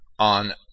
on